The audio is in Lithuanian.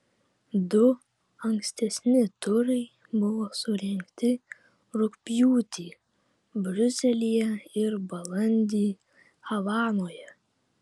du ankstesni turai buvo surengti rugpjūtį briuselyje ir balandį havanoje